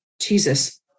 Jesus